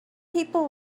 people